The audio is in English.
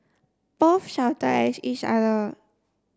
both shouted at each other